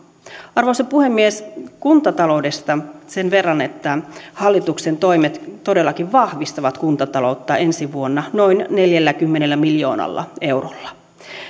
arvoisa puhemies kuntataloudesta sen verran että hallituksen toimet todellakin vahvistavat kuntataloutta ensi vuonna noin neljälläkymmenellä miljoonalla eurolla